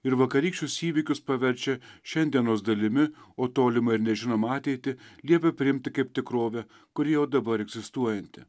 ir vakarykščius įvykius paverčia šiandienos dalimi o tolimą ir nežinomą ateitį liepia priimti kaip tikrovę kuri jau dabar egzistuojanti